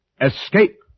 Escape